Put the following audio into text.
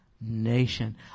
nation